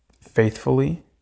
faithfully